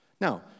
Now